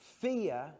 fear